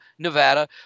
Nevada